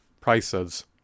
prices